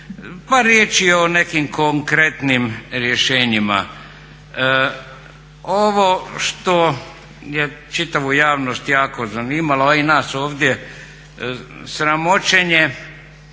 riječi o nekim konkretnim rješenjima. Ovo što je čitavu javnost jako zanimalo a i nas ovdje sramoćenje,